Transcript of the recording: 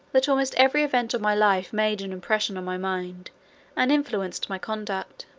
that almost every event of my life made an impression on my mind and influenced my conduct.